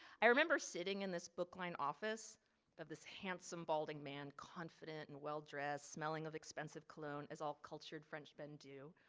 i remember sitting in this book line office of this handsome balding man confident and well dressed smelling of expensive cologne is all cultured french men do.